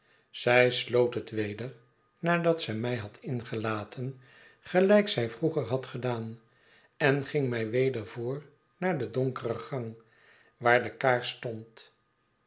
zij sloot het weder nadat zij mij had ingelaten gelijk zij vroeger had gedaan en ging mij weder voor naar den donkeren gang waar de kaars stond